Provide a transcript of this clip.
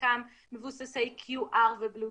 חלקם מבוסס QR ו-Bluetooth,